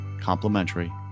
complimentary